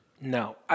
No